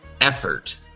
effort